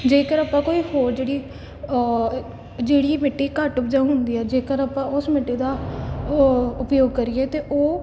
ਜੇਕਰ ਆਪਾਂ ਕੋਈ ਹੋਰ ਜਿਹੜੀ ਜਿਹੜੀ ਮਿੱਟੀ ਘੱਟ ਉਪਜਾਊ ਹੁੰਦੀ ਹੈ ਜੇਕਰ ਆਪਾਂ ਉਸ ਮਿੱਟੀ ਦਾ ਉਪਯੋਗ ਕਰੀਏ ਤਾਂ ਉਹ